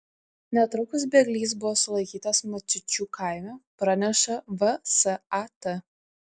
netrukus bėglys buvo sulaikytas maciučių kaime praneša vsat